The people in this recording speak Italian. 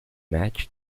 match